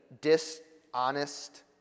dishonest